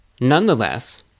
nonetheless